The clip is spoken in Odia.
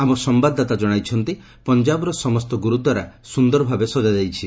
ଆମ ସମ୍ଭାଦଦାତା ଜଣାଇଛନ୍ତି ପଞ୍ଜାବର ସମସ୍ତ ଗୁରୁଦ୍ୱାରା ସୁନ୍ଦରଭାବେ ସଜ୍ଞା ଯାଇଛି